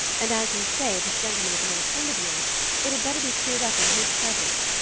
and as you say this gentleman is an old friend of yours it had better be cleared up in his presence.